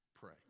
pray